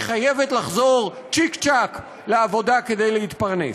חייבת לחזור צ'יק-צ'ק לעבודה כדי להתפרנס.